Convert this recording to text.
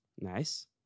Nice